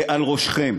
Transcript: זה על ראשכם.